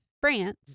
France